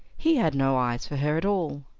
he had no eyes for her at all.